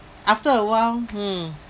after a while hmm